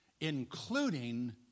including